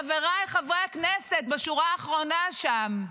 חבריי חברי הכנסת בשורה האחרונה שם?